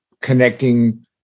Connecting